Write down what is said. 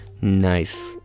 Nice